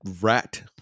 rat